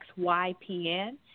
XYPN